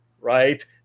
right